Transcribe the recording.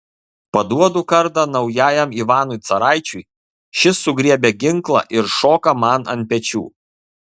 paduodu kardą naujajam ivanui caraičiui šis sugriebia ginklą ir šoka man ant pečių